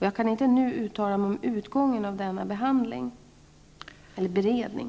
Jag kan inte nu uttala mig om utgången av denna beredning.